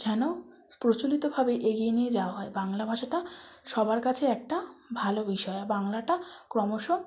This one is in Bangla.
যেন প্রচলিতভাবে এগিয়ে নিয়ে যাওয়া হয় বাংলা ভাষাটা সবার কাছে একটা ভালো বিষয় বাংলাটা ক্রমশ